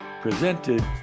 presented